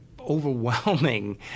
overwhelming